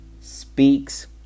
Speaks